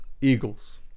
Eagles